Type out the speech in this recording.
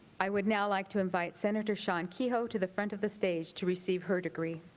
i would now like to invite senator shine keogh to the front of the stage to receive her degree.